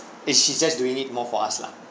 is she's just doing it more for us lah